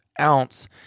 ounce